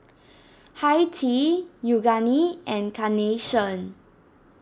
Hi Tea Yoogane and Carnation